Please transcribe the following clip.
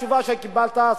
התשובה שקיבלת,